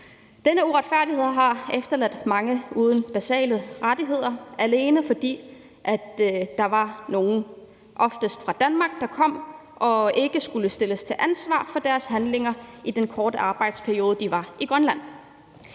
Denne uretfærdighed har efterladt mange uden basale rettigheder, alene fordi der var nogle, oftest fra Danmark, der kom og ikke skulle stilles til ansvar for deres handlinger i den korte arbejdsperiode, de var i Grønland.